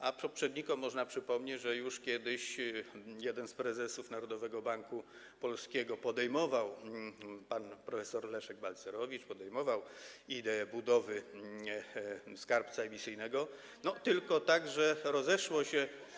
A naszym poprzednikom można przypomnieć, że już kiedyś jeden z prezesów Narodowego Banku Polskiego, pan prof. Leszek Balcerowicz, podejmował ideę budowy skarbca emisyjnego, tylko że rozeszło się.